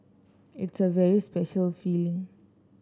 it's a very special feeling